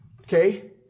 Okay